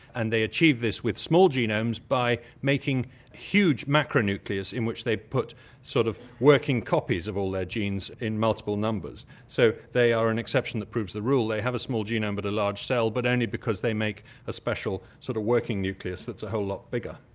and they achieve this with small genomes by making a huge macronucleus in which they put sort of working copies of all their genes in multiple numbers. so they are an exception that proves the rule they have a small genome but a large cell but only because they make a special sort of working nucleus that's a whole lot bigger.